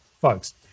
folks